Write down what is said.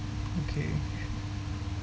okay